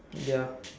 ya